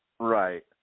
Right